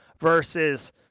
versus